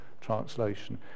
translation